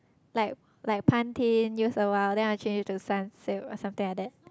like like Pantene use a while then I will change to Sunsilk or something like that